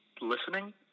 listening